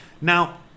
now